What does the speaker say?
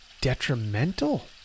detrimental